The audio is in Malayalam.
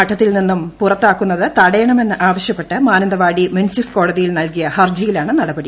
മഠത്തിൽ നിന്നും പുറത്താക്കുന്നത് തടയണമെന്ന് ആവശ്യപ്പെട്ട് മാനന്തവാടി മുൻസിഫ് കോടതിയിൽ നൽകിയ ഹർജിയിലാണ് നടപടി